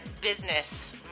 business